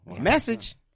Message